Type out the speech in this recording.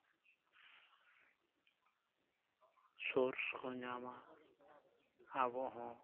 source ᱠᱚ ᱧᱟᱢᱟ ᱟᱵᱚ ᱦᱚᱸ